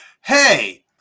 hey